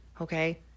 okay